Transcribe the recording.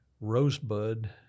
Rosebud